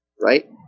Right